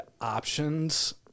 options